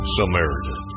Samaritan